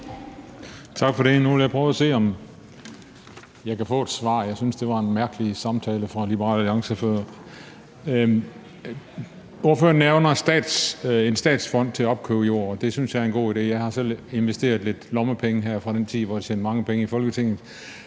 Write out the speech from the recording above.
Nu vil jeg prøve at se, om jeg kan få et svar. Jeg synes, det var en mærkelig samtale med Liberal Alliance før. Ordføreren nævner en statsfond til at opkøbe jord, og det synes jeg er en god idé. Jeg har selv investeret lidt lommepenge her fra den tid, hvor jeg har tjent mange penge i Folketinget,